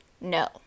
No